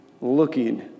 looking